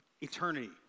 eternity